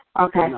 Okay